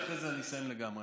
ואחרי זה אני אסיים לגמרי.